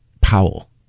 Powell